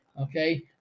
okay